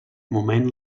moment